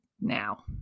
now